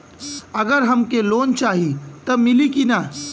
अगर हमके लोन चाही त मिली की ना?